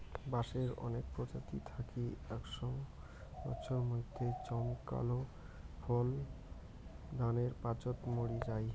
বাঁশের অনেক প্রজাতি থাকি একশও বছর মইধ্যে জমকালো ফুল দানের পাচোত মরি যাই